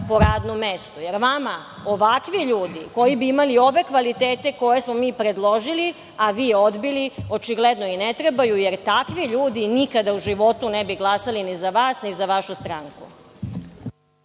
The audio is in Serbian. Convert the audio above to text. po radnom mestu. Vama ovakvi ljudi koji bi imali ove kvalitete koje smo mi predložili, a vi odbili, očigledno i ne trebaju, jer takvi ljudi nikada u životu ne bi glasali ni za vas, ni za vašu stranku.